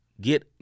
get